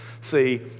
See